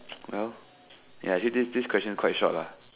well this this this question quite short lah